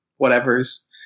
whatevers